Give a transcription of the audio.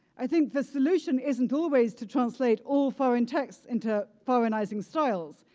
i think the solution isn't always to translate all foreign texts into foreignizing styles.